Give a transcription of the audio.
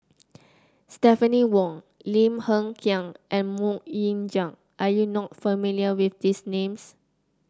Stephanie Wong Lim Hng Kiang and MoK Ying Jang are you not familiar with these names